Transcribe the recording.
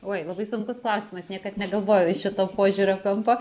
oi labai sunkus klausimas niekad negalvojau iš šito požiūrio kampo